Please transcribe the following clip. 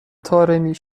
طارمی